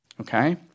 okay